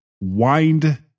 wind